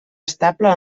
estable